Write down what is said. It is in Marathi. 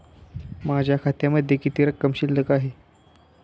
माझ्या खात्यामध्ये किती रक्कम शिल्लक आहे?